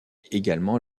également